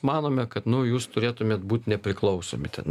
manome kad nu jūs turėtumėt būt nepriklausomi ten